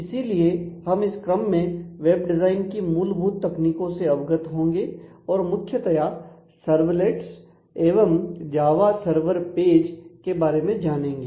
इसीलिए हम इस क्रम में वेब डिजाइन की मूलभूत तकनीकों से अवगत होंगे और मुख्यतया सर्वलेट्स के बारे में जानेंगे